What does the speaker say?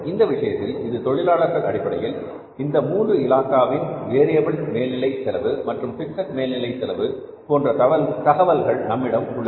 இந்த விஷயத்தில் இது தொழிலாளர் அடிப்படையில் இந்த மூன்று இலாகாவின் வேரியபில் மேல்நிலை செலவு மற்றும் பிக்சட் மேல்நிலை செலவு போன்ற தகவல்கள் நம்மிடம் உள்ளன